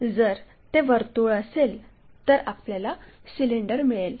जर ते वर्तुळ असेल तर आपल्याला सिलेंडर मिळते